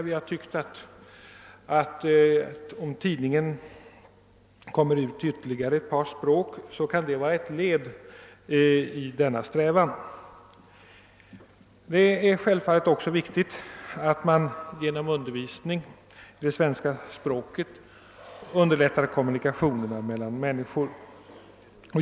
Vi har tyckt att det kan vara ett led i denna strävan att låta Invandrartidningen komma ut på ytterligare ett par språk. Det är självfallet också viktigt att man genom undervisning i svenska språket underlättar kommunikationerna mellan människor.